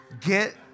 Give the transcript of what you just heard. Get